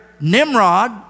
Nimrod